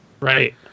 Right